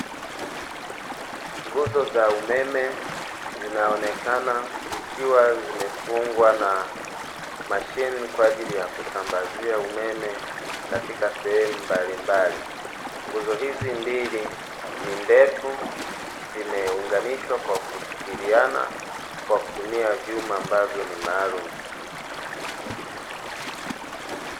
Nguzo za umeme zinaonekana zikiwa zimefungwa na mashine, kwa ajili ya kusambazia umeme, katika sehemu mbalimbali. Nguzo hizi mbili ni ndefu, zimeunganishwa kwa kushikiliana, kwa kutumia vyuma ambavyo ni maalumu.